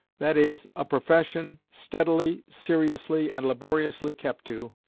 that is, a profession, steadily, seriously, and laboriously kept to,